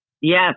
Yes